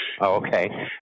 Okay